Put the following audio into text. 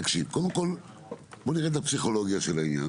תקשיב, בוא נרד לפסיכולוגיה של העניין.